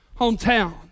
hometown